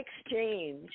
exchange